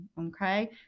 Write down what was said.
okay